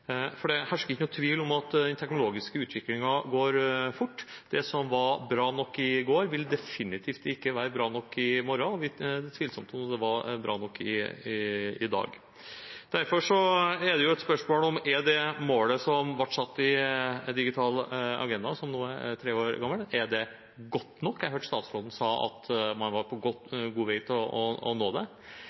For det hersker ingen tvil om at den teknologiske utviklingen går fort. Det som var bra nok i går, vil definitivt ikke være bra nok i morgen, og det er tvilsomt om det er bra nok i dag. Derfor er det et spørsmål om det målet som ble satt i Digital agenda, som nå er tre år gammel, er godt nok. Jeg hørte statsråden si at man var på god vei til å nå det.